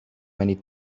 many